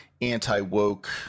anti-woke